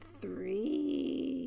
three